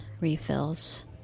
refills